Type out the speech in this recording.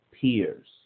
peers